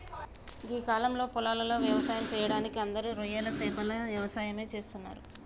గీ కాలంలో పొలాలలో వ్యవసాయం సెయ్యడానికి అందరూ రొయ్యలు సేపల యవసాయమే చేస్తున్నరు